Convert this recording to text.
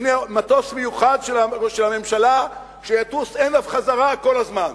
נקנה מטוס מיוחד של הממשלה שיטוס הנה וחזרה כל הזמן,